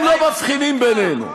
הם לא מבחינים בינינו.